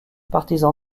partisan